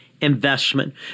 investment